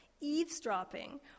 eavesdropping